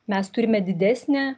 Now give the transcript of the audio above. mes turime didesnę